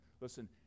Listen